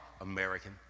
American